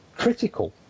critical